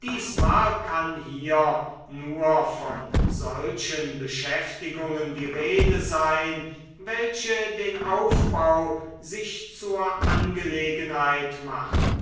diesmal kann hier nur von solchen beschäftigungen die rede sein welche den aufbau sich zur angelegenheit machen